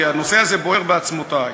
כי הנושא הזה בוער בעצמותי.